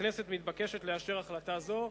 הכנסת מתבקשת לאשר החלטה זו,